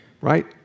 Right